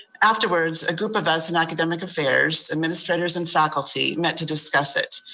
afterwards, a group of us in academic affairs, administrators, and faculty met to discuss it.